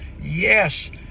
Yes